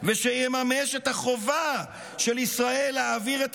ושיממש את החובה של ישראל להעביר את